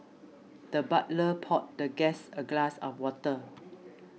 the butler poured the guest a glass of water